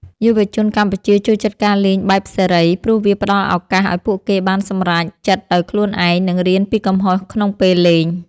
យុវជនកម្ពុជាចូលចិត្តការលេងបែបសេរី ព្រោះវាផ្ដល់ឱកាសឱ្យពួកគេបានសម្រេចចិត្តដោយខ្លួនឯង និងរៀនពីកំហុសក្នុងពេលលេង។